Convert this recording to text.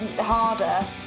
harder